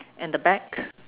and the back